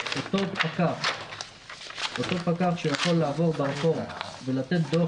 אותו פקח שיכול לעבור ברחוב ולתת דוח